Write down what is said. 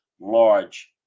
large